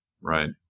Right